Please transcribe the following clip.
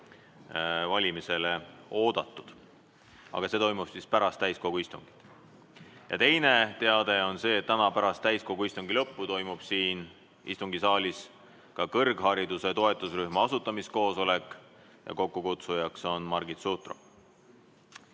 valimisele oodatud. Aga see toimub pärast täiskogu istungit. Teine teade on see, et täna pärast täiskogu istungi lõppu toimub siin istungisaalis kõrghariduse toetusrühma asutamiskoosolek, kokkukutsuja on Margit Sutrop. Nii,